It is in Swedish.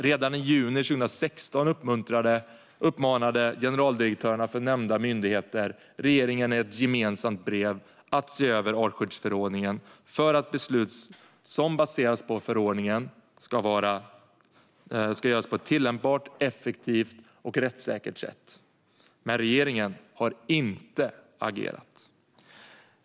Redan i juni 2016 uppmanade generaldirektörerna för nämnda myndigheter i ett gemensamt brev regeringen att se över artskyddsförordningen för att beslut som baseras på förordningen ska fattas på ett tillämpbart, effektivt och rättssäkert sätt. Men regeringen har inte agerat.